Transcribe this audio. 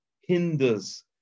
hinders